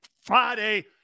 Friday